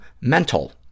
mental